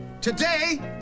Today